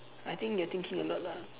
I think you are thinking a lot lah